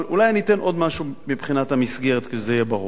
אבל אולי אני אתן עוד משהו מבחינת המסגרת כדי שזה יהיה ברור.